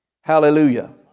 Hallelujah